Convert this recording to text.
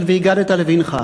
של "והגדת לבנך",